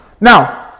Now